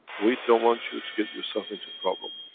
we don't want you to get yourself into problem.